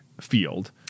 field